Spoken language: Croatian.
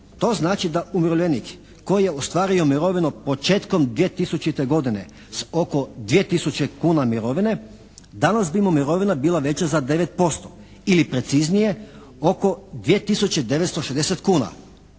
to znači da umirovljenik koji je ostvario mirovinu početkom 2000. godine s oko 2.000,00 kuna mirovine, danas bi mu mirovina bila veća za 9% ili preciznije oko 2.960,00 kuna.